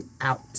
out